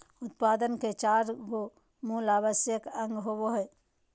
उत्पादन के चार गो मूल आवश्यक अंग होबो हइ